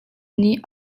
nih